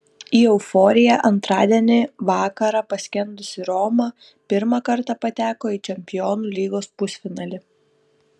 į euforiją antradienį vakarą paskendusi roma pirmą kartą pateko į čempionų lygos pusfinalį